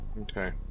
Okay